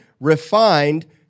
refined